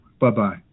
bye-bye